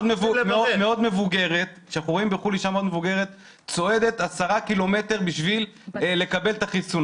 מבוגרת צועדת 10 ק"מ בשביל לקבל את החיסון.